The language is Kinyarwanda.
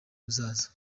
izaza